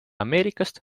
ameerikast